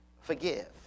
forgive